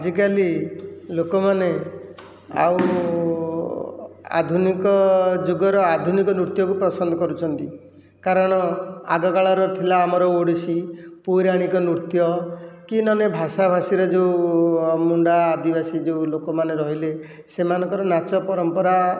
ଆଜିକାଲି ଲୋକମାନେ ଆଉ ଆଧୁନିକ ଯୁଗର ଆଧୁନିକ ନୃତ୍ୟକୁ ପସନ୍ଦ କରୁଛନ୍ତି କାରଣ ଆଗକାଳର ଥିଲା ଆମର ଓଡ଼ିଶୀ ପୌରାଣିକ ନୃତ୍ୟ କି ନହେଲେ ଭାଷା ଭାସିରେ ଯେଉଁ ମୁଣ୍ଡା ଆଦିବାସୀ ଯେଉଁ ଲୋକମନେ ରହିଲେ ସେମାନଙ୍କର ନାଚ ପରମ୍ପରା